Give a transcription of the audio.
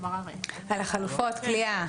על חלופות כליאה.